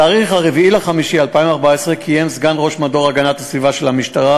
בתאריך 4 במאי 2014 קיים סגן ראש מדור הגנת הסביבה של המשטרה